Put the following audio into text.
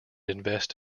invest